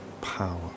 power